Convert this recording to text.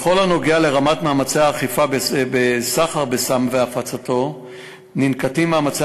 בכל הקשור לרמת מאמצי האכיפה בסחר בסם ובהפצתו ננקטים מאמצי